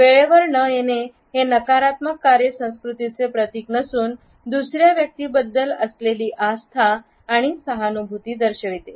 वेळेवर न येणे हे नकारात्मक कार्य संस्कृतीचे प्रतीक नसून दुसऱ्या व्यक्तीबद्दल असलेली आस्था आणि सहानुभूती दर्शविते